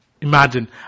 imagine